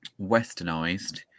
westernized